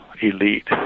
elite